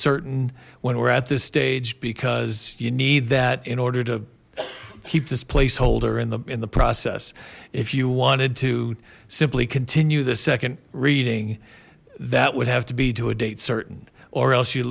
certain when we're at this stage because you need that in order to keep this placeholder and them in the process if you wanted to simply continue the second reading that would have to be to a date certain or else you